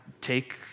take